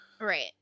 Right